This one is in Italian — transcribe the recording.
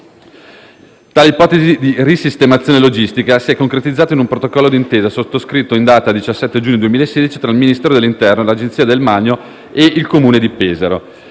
Tale ipotesi di risistemazione logistica si è concretizzata in un protocollo d'intesa, sottoscritto in data 17 giugno 2016, tra il Ministero dell'interno, l'Agenzia del demanio ed il Comune di Pesaro.